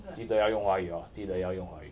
记得要用华语哦记得要用华语